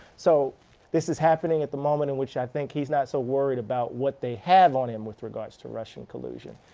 so this is happening at the moment in which i think he's not so worried about what they have on him in regards to russian collusion.